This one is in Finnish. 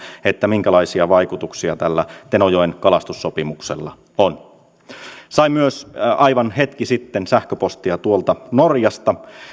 minkälaisia vaikutuksia tällä tenojoen kalastussopimuksella on sain myös aivan hetki sitten sähköpostia tuolta norjasta